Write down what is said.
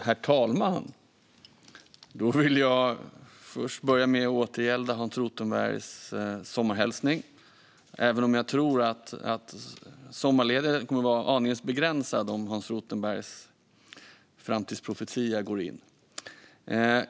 Herr talman! Låt mig börja med att återgälda Hans Rothenbergs sommarhälsning - även om jag tror att sommarledigheten bli aningen begränsad om Hans Rothenbergs profetia slår in.